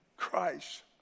Christ